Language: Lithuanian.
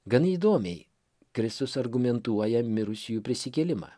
gan įdomiai kristus argumentuoja mirusiųjų prisikėlimą